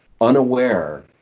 unaware